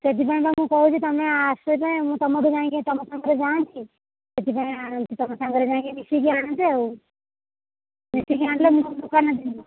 ସେଥିପାଇଁ ତ ମୁଁ କହୁଛି ତମେ ଆସିବା ପାଇଁ ମୁଁ ତମଠୁ ଯାଇକି ତମ ସାଙ୍ଗରେ ଯାଆନ୍ତି ସେଥିପାଇଁ ଆଣି ତମ ସାଙ୍ଗରେ ଯାଇକି ମିଶିକି ଆଣନ୍ତି ଆଉ ମିଶିକି ଆଣିଲେ ମୋ ଦୋକାନରେ ଯିବ